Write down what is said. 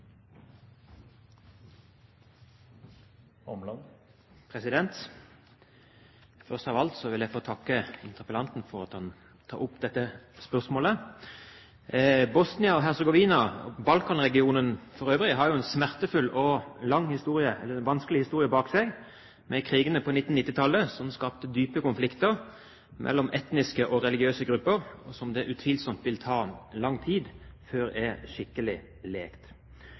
Først av alt vil jeg få takke interpellanten for at han tar opp dette spørsmålet. Bosnia-Hercegovina og Balkan-regionen for øvrig har jo en smertefull og vanskelig historie bak seg. Krigene på 1990-tallet skapte dype konflikter mellom etniske og religiøse grupper, som det utvilsomt vil ta lang tid før er skikkelig legt.